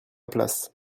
place